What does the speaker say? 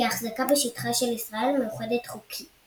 ההחזקה בשטחה של ירושלים המאוחדת חוקי.